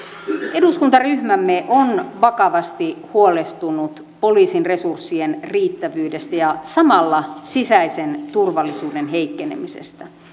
eduskuntaryhmämme on vakavasti huolestunut poliisin resurssien riittävyydestä ja samalla sisäisen turvallisuuden heikkenemisestä